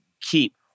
keep